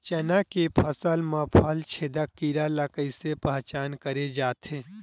चना के फसल म फल छेदक कीरा ल कइसे पहचान करे जाथे?